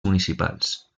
municipals